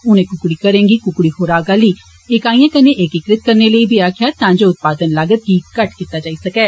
उनें कुकडी घरें गी कुकडी खुराक आली इकाइए कन्नै एकीकृत करने लेई बी आक्खेआ ता जे उत्पादन लागत गी घट्ट कीता जाई सकै